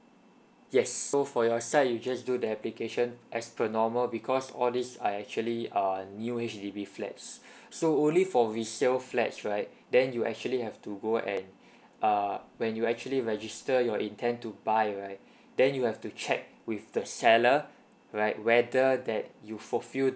yes so for your side you just do the application as per normal because all these are actually are new H_D_B flats so only for resale flats right then you actually have to go and err when you actually register your intent to buy right then you have to check with the seller right whether that you fulfilled